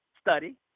study